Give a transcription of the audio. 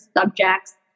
subjects